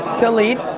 delete.